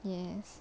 yes